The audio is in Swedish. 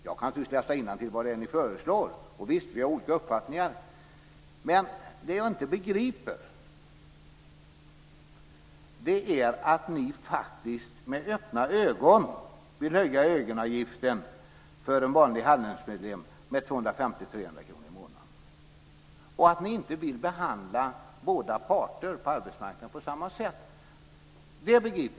Jag kan naturligtvis läsa innantill vad det är ni föreslår och, visst, vi har olika uppfattningar. Men det jag inte begriper är att ni faktiskt med öppna ögon vill höja egenavgiften för en vanlig Handelsmedlem med 250-300 kr i månaden och att ni inte vill behandla båda parter på arbetsmarknaden på samma sätt.